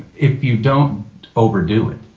if you don't overdo it.